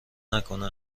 نکنه